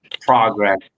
progress